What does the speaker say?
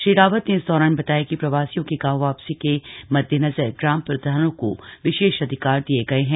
श्री रावत ने इस दौरान बताया कि प्रवासियों की गांव वापसी को मद्देनजर ग्राम प्रधानों को विशेष अधिकार दिए है